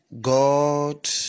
God